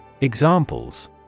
Examples